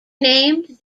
named